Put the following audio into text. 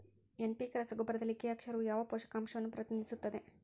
NPK ರಸಗೊಬ್ಬರದಲ್ಲಿ K ಅಕ್ಷರವು ಯಾವ ಪೋಷಕಾಂಶವನ್ನು ಪ್ರತಿನಿಧಿಸುತ್ತದೆ?